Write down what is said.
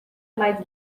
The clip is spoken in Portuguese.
mais